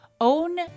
own